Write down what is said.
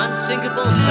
Unsinkable